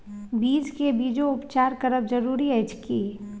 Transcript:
बीज के बीजोपचार करब जरूरी अछि की?